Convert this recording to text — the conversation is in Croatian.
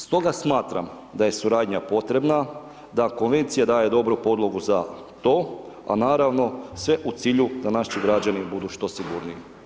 Stoga smatram da je suradnja potrebna, da Konvencija daje dobru podlogu za to a naravno sve u cilju da naši građani budu što sigurniji.